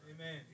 Amen